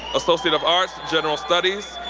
associate of arts, general studies.